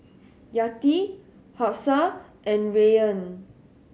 Yati Hafsa and Rayyan